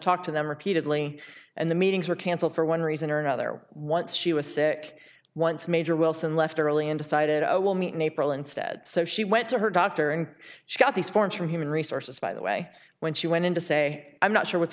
talk to them repeatedly and the meetings were cancelled for one reason or another once she was sick once major wilson left early and decided oh we'll meet in april instead so she went to her doctor and she got these forms from human resources by the way when she went in to say i'm not sure what's